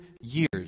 years